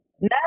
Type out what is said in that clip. No